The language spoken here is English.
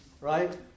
right